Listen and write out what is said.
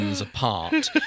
apart